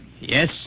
Yes